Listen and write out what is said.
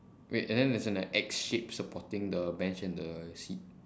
wait and there's an a X shape supporting the bench and the seat